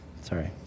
Sorry